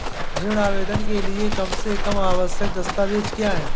ऋण आवेदन के लिए कम से कम आवश्यक दस्तावेज़ क्या हैं?